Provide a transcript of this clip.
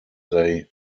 they